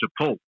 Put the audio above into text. support